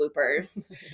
bloopers